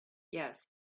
yes